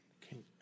King